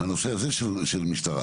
הנושא הזה של משטרה.